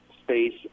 space